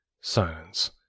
silence